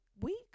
week